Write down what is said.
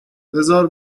بزار